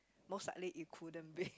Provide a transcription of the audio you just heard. mostly likely it couldn't be